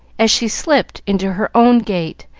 as she slipped into her own gate,